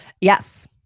Yes